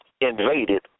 invaded